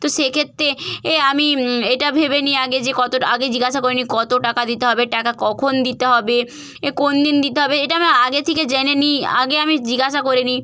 তো সেক্ষেত্রে এ আমি এটা ভেবে নিই আগে যে কতটা আগে জিজ্ঞাসা করে নিই কত টাকা দিতে হবে টাকা কখন দিতে হবে এ কোনদিন দিতে হবে এটা আমি আগে থেকে জেনে নিই আগে আমি জিজ্ঞাসা করে নিই